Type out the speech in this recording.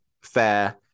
fair